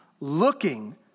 looking